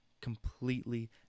completely